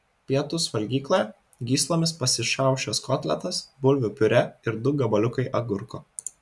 pietūs valgykloje gyslomis pasišiaušęs kotletas bulvių piurė ir du gabaliukai agurko